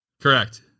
Correct